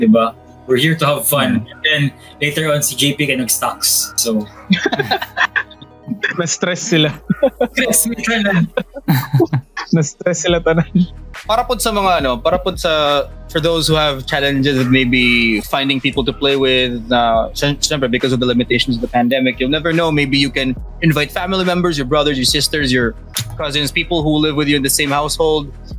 Di ba? We're here to have fun. Hmm. And then later on, si JP ka nag-stocks. So- Na-stress sila. Stress sila. Na-stress sila, tanan. Para po sa mga ano, para po sa- for those who have challenges of maybe finding people to play with, uh, sy- syempre because of the limitations of the pandemic, you'll never know. Maybe you can invite family members, your brothers, your sisters, your cousins, people who live with you in the same household.